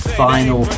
final